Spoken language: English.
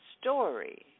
story